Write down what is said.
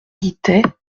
guittet